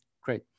great